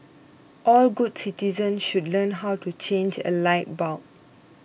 all good citizens should learn how to change a light bulb